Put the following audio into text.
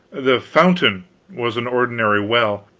the fountain was an ordinary well,